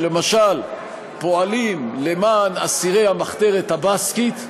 שלמשל פועלים למען אסירי המחתרת הבסקית,